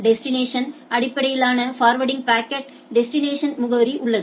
destination அடிப்படையிலான forwarding பாக்கெட்களுக்கு destination முகவரி உள்ளது